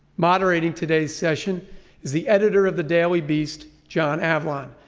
moderating today's session is the editor of the daily beast, john avlon.